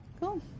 Cool